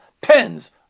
pens